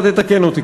אתה תתקן אותי,